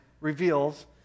reveals